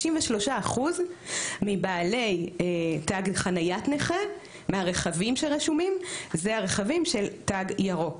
93% מבעלי תג חניית נכה מהרכבים שרשומים זה רכבים של תג ירוק